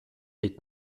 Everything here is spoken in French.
est